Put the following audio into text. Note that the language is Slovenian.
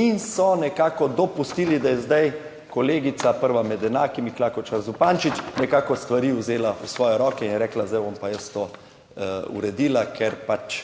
in so nekako dopustili, da je zdaj kolegica prva med enakimi, Klakočar Zupančič, nekako stvari vzela v svoje roke in rekla, zdaj bom pa jaz to uredila, ker pač